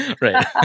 right